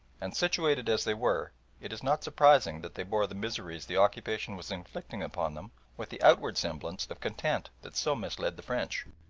and situated as they were it is not surprising that they bore the miseries the occupation was inflicting upon them with the outward semblance of content that so misled the french.